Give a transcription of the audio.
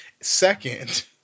Second